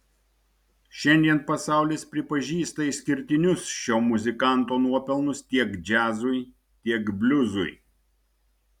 šiandien pasaulis pripažįsta išskirtinius šio muzikanto nuopelnus tiek džiazui tiek bliuzui